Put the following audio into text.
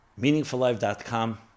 meaningfullife.com